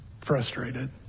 frustrated